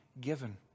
given